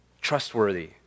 trustworthy